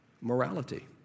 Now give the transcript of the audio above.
Morality